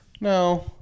No